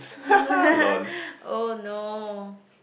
oh no